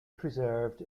preserved